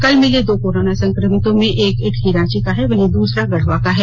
कल मिले दो कोरोना संक्रमितों में एक इटकी रांची का है वहीं दुसरा गढवा का है